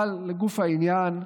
אבל לגוף העניין,